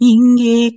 Inge